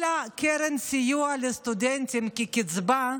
כל קרן הסיוע לסטודנטים, כקצבה,